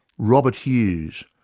robert hughes,